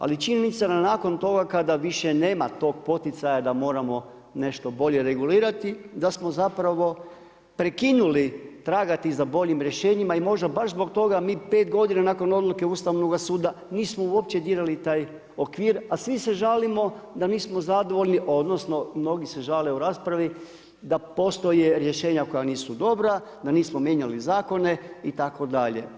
Ali činjenica da nakon toga kada više nema tog poticaja da moramo nešto bolje regulirati da smo zapravo prekinuli tragati za boljim rješenjima i možda baš zbog toga mi pet godina nakon odluke Ustavnoga suda nismo uopće dirali taj okvir, a svi se žalimo da nismo zadovoljni, odnosno mnogi se žale u raspravi da postoje rješenja koja nisu dobra, da nismo mijenjali zakone itd.